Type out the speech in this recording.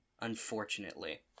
unfortunately